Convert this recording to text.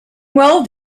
well